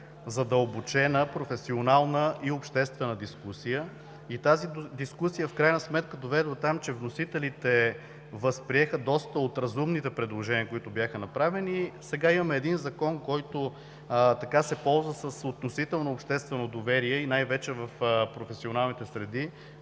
задълбочена, професионална и обществена дискусия и в крайна сметка тя доведе до там, че вносителите възприеха доста от разумните предложения, които бяха направени. Сега имаме Закон, който се ползва с относително обществено доверие и най-вече в професионалните среди